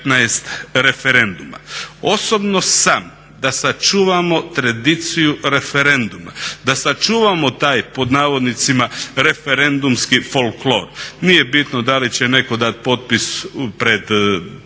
referenduma. Osobno sam da sačuvamo tradiciju referenduma, da sačuvamo taj "referendumski folklor", nije bitno da li će netko dati potpis pred